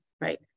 right